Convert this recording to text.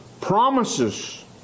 promises